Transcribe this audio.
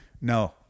No